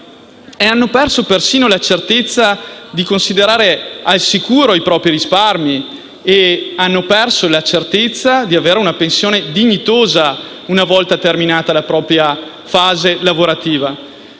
e hanno perso perfino la certezza di poter considerare al sicuro i propri risparmi e di avere una pensione dignitosa una volta terminata la propria vita lavorativa.